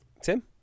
Tim